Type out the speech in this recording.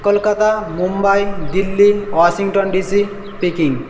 Kolkata Mumbai Delhi Washington DC packing